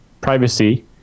privacy